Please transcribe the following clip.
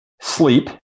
sleep